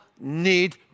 need